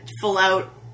full-out